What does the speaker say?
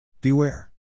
Beware